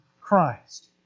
Christ